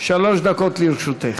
שלוש דקות לרשותך.